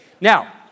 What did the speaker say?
Now